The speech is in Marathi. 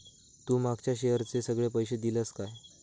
तू मागच्या शेअरचे सगळे पैशे दिलंस काय?